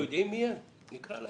אנחנו יודעי מיהם, נקרא להם.